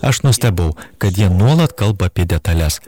aš nustebau kad jie nuolat kalba apie detales